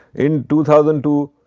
in two thousand two,